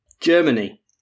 Germany